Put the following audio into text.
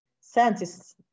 scientists